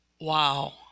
wow